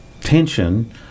tension